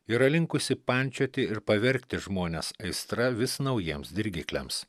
yra linkusi pančioti ir pavergti žmones aistra vis naujiems dirgikliams